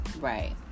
Right